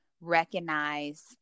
recognize